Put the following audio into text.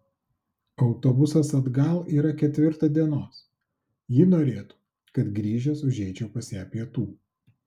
autobusas atgal yra ketvirtą dienos ji norėtų kad grįžęs užeičiau pas ją pietų